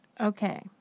Okay